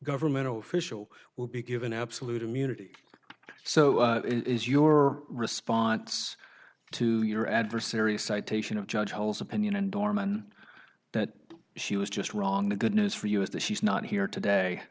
government official will be given absolute immunity so it is your response to your adversary citation of judge alice opinion and norman that she was just wrong the good news for us that she's not here today